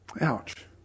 Ouch